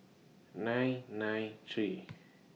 nine nine three